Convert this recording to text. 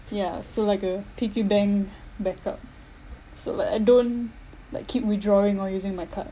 ya so like a piggy bank backup so like I don't like keep withdrawing or using my card